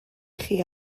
chi